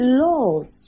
laws